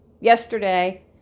yesterday